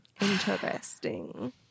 interesting